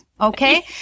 okay